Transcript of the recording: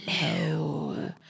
No